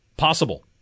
possible